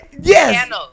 Yes